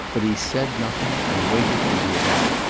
but he said nothing and waited for the event.